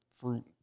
fruit